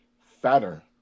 fatter